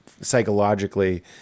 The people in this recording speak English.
psychologically